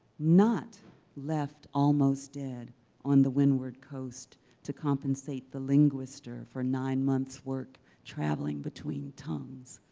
not left almost dead on the windward coast to compensate the linguister for nine months work traveling between tongues,